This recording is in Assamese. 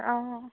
অঁ